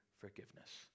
forgiveness